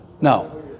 No